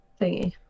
Thingy